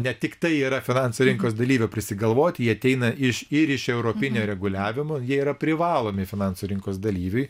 ne tiktai yra finansų rinkos dalyvio prisigalvoti jie ateina iš ir iš europinio reguliavimo jie yra privalomi finansų rinkos dalyviui